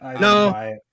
no